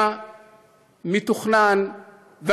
היה מתוכנן,